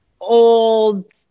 old